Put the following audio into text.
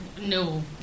no